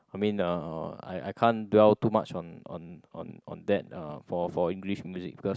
I mean uh I I can't dwell to much on on on on that uh for for English music because